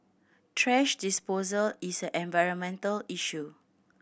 thrash disposal is an environmental issue